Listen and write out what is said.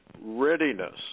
readiness